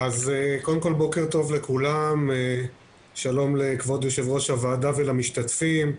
בוקר טוב לכולם, שלום לכבוד היו"ר ולמשתתפים.